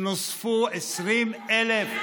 שנוספו 20,000,